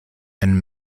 and